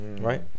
right